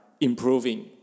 improving